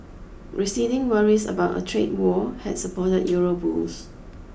receding worries about a trade war had support Euro bulls